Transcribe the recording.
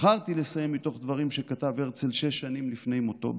בחרתי לסיים בדברים שכתב הרצל שש שנים לפני מותו,